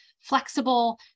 flexible